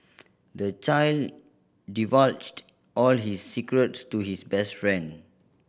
the child divulged all his secrets to his best friend